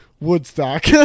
Woodstock